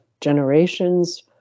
generations